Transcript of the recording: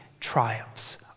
triumphs